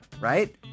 Right